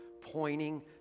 pointing